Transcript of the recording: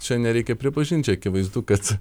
čia nereikia pripažint čia akivaizdu kad